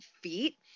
feet